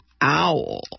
owl